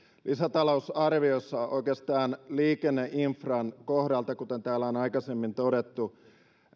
lisätalousarviossa oikeastaan liikenneinfran kohdalta kuten täällä on aikaisemmin todettu